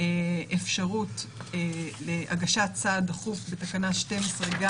אפשרות להגשת סעד דחוף בתקנה 12 גם